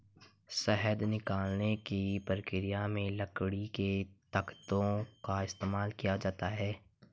शहद निकालने की प्रक्रिया में लकड़ी के तख्तों का इस्तेमाल किया जाता है